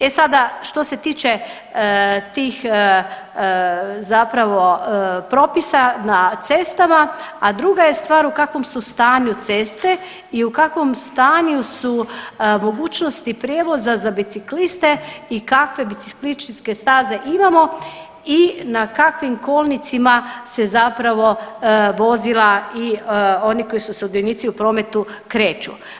E sada što se tiče tih zapravo propisa na cestama, a druga je stvar u kakvom su stanju ceste i u kakvom stanju su mogućnosti prijevoza za bicikliste i kakve biciklističke staze imamo i na kakvim kolnicima se zapravo vozila i oni koji su sudionici u prometu kreću.